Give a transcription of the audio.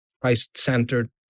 Christ-centered